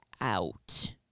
out